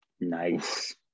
nice